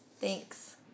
Thanks